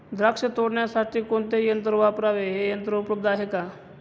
द्राक्ष तोडण्यासाठी कोणते यंत्र वापरावे? हे यंत्र उपलब्ध आहे का?